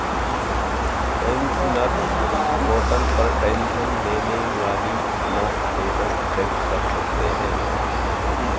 pensioners portal पर tension लेने वाली अपना स्टेटस चेक कर सकते हैं